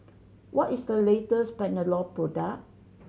what is the latest Panadol product